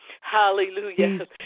Hallelujah